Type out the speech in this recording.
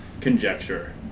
conjecture